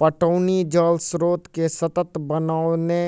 पटौनी जल स्रोत के सतत बनओने